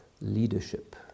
leadership